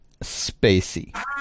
spacey